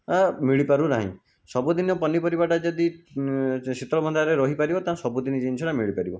ଆ ମିଳିପାରୁନାହିଁ ସବୁଦିନ ପନିପରିବାଟା ଯଦି ଶୀତଳଭଣ୍ଡାରରେ ରହିପାରିବ ତାହେଲେ ସବୁଦିନି ଜିନିଷଟା ମିଳିପାରିବ